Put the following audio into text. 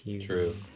True